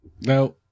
Now